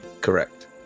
Correct